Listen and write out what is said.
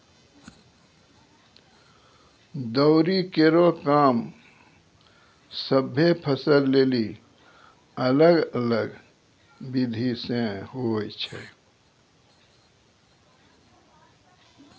दौरी केरो काम सभ्भे फसल लेलि अलग अलग बिधि सें होय छै?